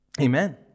Amen